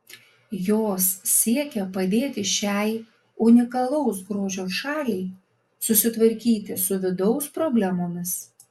jos siekia padėti šiai unikalaus grožio šaliai susitvarkyti su vidaus problemomis